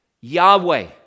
Yahweh